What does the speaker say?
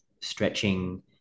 stretching